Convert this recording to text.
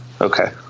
Okay